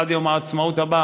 עד יום העצמאות הבא